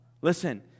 Listen